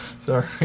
Sorry